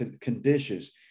conditions